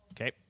okay